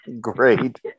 great